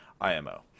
IMO